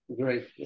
Great